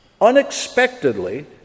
unexpectedly